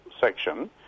section